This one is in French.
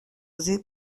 oser